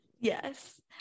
yes